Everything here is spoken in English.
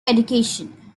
education